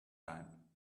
time